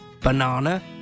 banana